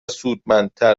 سودمندتر